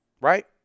right